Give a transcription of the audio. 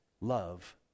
love